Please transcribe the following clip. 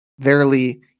verily